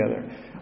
together